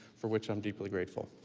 for which i'm deeply grateful.